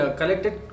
collected